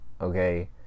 okay